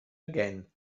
again